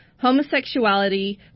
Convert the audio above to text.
Homosexuality